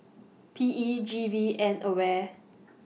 P E G V and AWARE